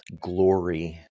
glory